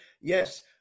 yes